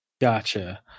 Gotcha